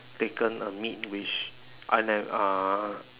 taken a meat which I ne~ uh